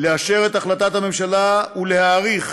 לאשר את החלטת הממשלה, ולהאריך